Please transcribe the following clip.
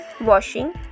washing